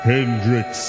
Hendrix